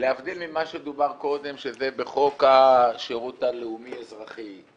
להבדיל ממה שדובר קודם שזה החוק השירות הלאומי אזרחי,